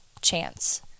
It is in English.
chance